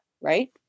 Right